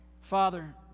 Father